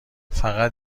فقط